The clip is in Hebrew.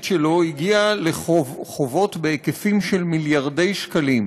שלו הגיע לחובות בהיקפים של מיליארדי שקלים.